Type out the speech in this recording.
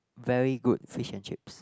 very good fish and chips